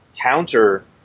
counter